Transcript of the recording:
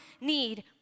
need